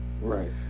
right